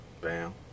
bam